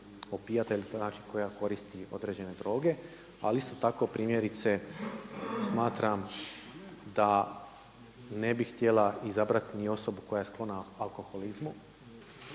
opijata ili koja koristi određene droge, ali isto tako primjerice smatram da ne bi htjela izabrati ni osobu koja je sklona alkoholizmu.